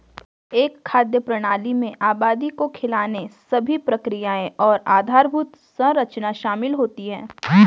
एक खाद्य प्रणाली में आबादी को खिलाने सभी प्रक्रियाएं और आधारभूत संरचना शामिल होती है